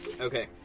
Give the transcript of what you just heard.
Okay